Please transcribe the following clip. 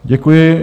Děkuji.